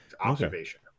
Observation